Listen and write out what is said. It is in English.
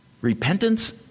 Repentance